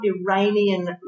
Iranian